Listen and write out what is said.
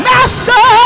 Master